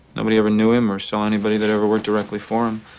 nobody ever knew him or saw anybody that ever worked directly for him.